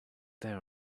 there